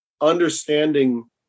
understanding